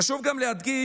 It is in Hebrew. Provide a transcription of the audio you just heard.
חשוב גם להדגיש,